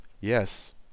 Yes